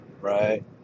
Right